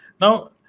Now